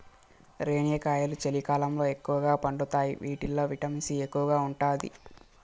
రేణిగాయాలు చలికాలంలో ఎక్కువగా పండుతాయి వీటిల్లో విటమిన్ సి ఎక్కువగా ఉంటాది